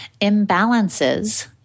imbalances